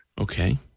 Okay